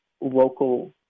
local